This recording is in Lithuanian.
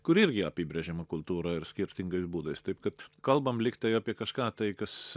kur irgi apibrėžiama kultūra ir skirtingais būdais taip kad kalbam lyg tai apie kažką tai kas